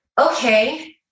Okay